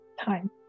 time